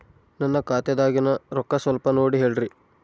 ನನ್ನ ಖಾತೆದಾಗಿನ ರೊಕ್ಕ ಸ್ವಲ್ಪ ನೋಡಿ ಹೇಳ್ರಿ